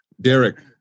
Derek